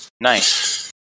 Nice